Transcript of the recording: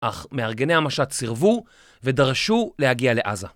אך מארגני המשט סירבו ודרשו להגיע לעזה.